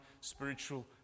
spiritual